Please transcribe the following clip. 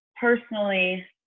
personally